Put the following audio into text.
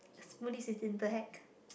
smoothies is in black